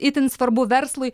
itin svarbu verslui